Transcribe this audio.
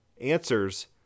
answers